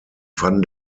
van